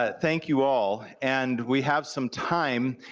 ah thank you all, and we have some time,